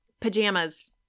Pajamas